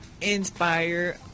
inspire